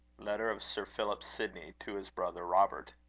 letter of sir philip sidney to his brother robert.